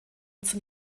zum